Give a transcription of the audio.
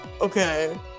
Okay